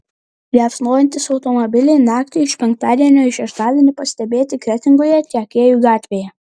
liepsnojantys automobiliai naktį iš penktadienio į šeštadienį pastebėti kretingoje tiekėjų gatvėje